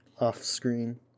off-screen